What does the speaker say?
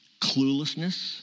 cluelessness